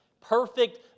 Perfect